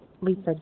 Lisa